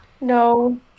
No